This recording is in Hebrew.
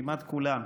כמעט כולם.